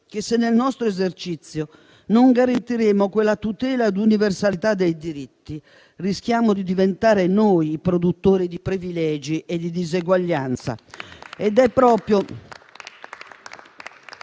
che se nel nostro esercizio non garantiremo quella tutela ed universalità dei diritti, rischiamo di diventare noi i produttori di privilegi e di diseguaglianza.